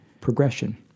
progression